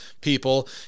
people